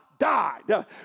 died